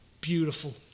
Beautiful